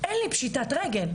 אין לי פשיטת רגל.